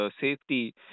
safety